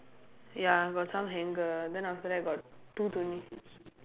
ya got some hanger then after that got two pulleys